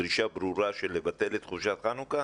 דרישה ברורה לבטל את חופשת חנוכה?